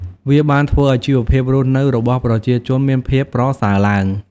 វាបានធ្វើឲ្យជីវភាពរស់នៅរបស់ប្រជាជនមានភាពប្រសើរឡើង។